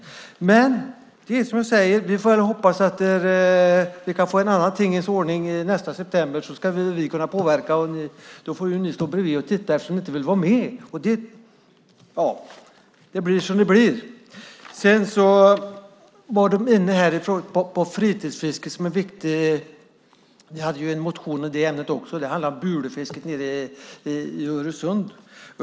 Vi får väl hoppas att vi kan få en annan tingens ordning nästa september. Då ska vi kunna påverka, och ni får stå bredvid och titta på eftersom ni inte vill vara med. Det blir som det blir. Ni hade en motion om fritidsfiske. Den handlade om det så kallade bulefisket i Öresund.